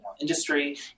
industry